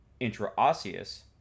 intraosseous